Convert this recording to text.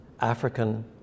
African